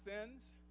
sins